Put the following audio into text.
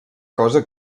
cosa